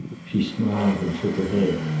she smiled and shook her head.